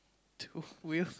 two wheel